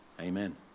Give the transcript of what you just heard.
amen